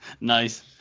Nice